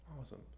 Awesome